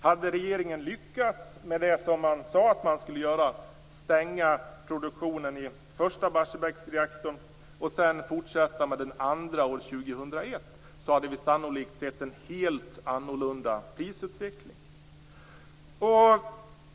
Hade regeringen lyckats med det som man sade att man skulle göra, nämligen stänga produktionen i första Barsebäcksreaktorn och sedan fortsätta med den andra år 2001, hade vi sannolikt sett en helt annorlunda prisutveckling.